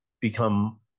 become